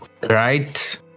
right